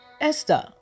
Esther